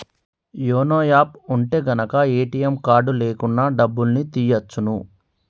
YONO app ఉంటె గనక ATM card లేకున్నా డబ్బుల్ని తియ్యచ్చును